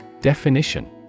Definition